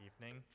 evening